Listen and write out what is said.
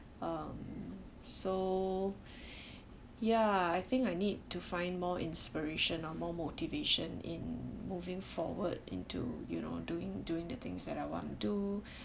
um so ya I think I need to find more inspiration or more motivation in moving forward into you know doing doing the things that I want do